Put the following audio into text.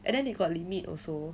and then they got limit also